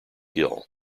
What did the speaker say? hill